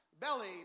belly